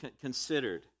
considered